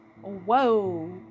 Whoa